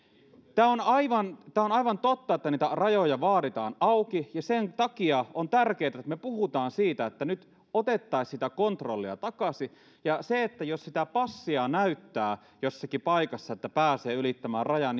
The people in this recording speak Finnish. tämä on aivan totta että niitä rajoja vaaditaan auki ja sen takia on tärkeää että me puhumme siitä että nyt otettaisiin sitä kontrollia takaisin se että sitä passia näyttää jossakin paikassa että pääsee ylittämään rajan